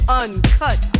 uncut